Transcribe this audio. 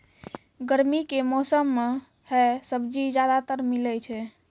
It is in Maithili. गर्मी के मौसम मं है सब्जी ज्यादातर मिलै छै